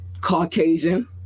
Caucasian